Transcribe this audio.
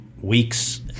weeks